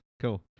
cool